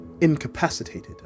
incapacitated